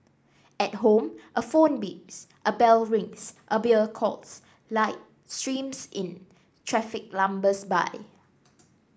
at home a phone beeps a bell rings a beer calls light streams in traffic lumbers by